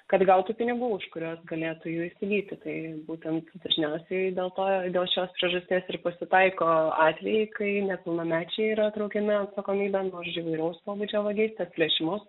kad gautų pinigų už kuriuos galėtų jų įsigyti tai būtent dažniausiai dėl to dėl šios priežasties ir pasitaiko atvejai kai nepilnamečiai yra traukiami atsakomybėn už įvairaus pobūdžio vagystes plėšimus